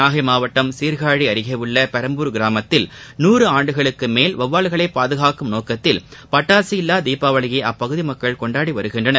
நாகை மாவட்டம் சீர்காழி அருகே உள்ள பெரம்பூர் கிராமத்தில் நாறு ஆண்டுகளுக்கு மேல் வெளவால்களை பாதுகாக்கும் நோக்கில் பட்டாசு இல்லா தீபாவளியை அப்பகுதி மக்கள் கொண்டாடி வருகின்றனர்